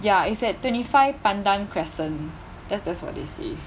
ya is at twenty five pandan crescent that's that's what they say